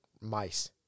mice